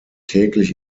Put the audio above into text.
täglich